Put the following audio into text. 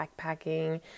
backpacking